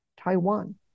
Taiwan